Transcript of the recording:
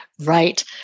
Right